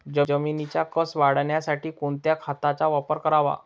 जमिनीचा कसं वाढवण्यासाठी कोणत्या खताचा वापर करावा?